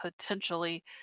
potentially